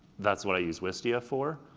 that's what i use wistia for,